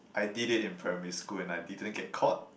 I did it in primary school and I didn't get caught